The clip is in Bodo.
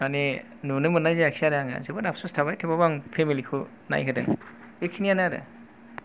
माने नुनो मोननाय जायाखैसै आरो आङो जोबोद आफस'स थाबाय थेवबाबो आं फेमिलि खौ नायहोदों बेखिनियानो आरो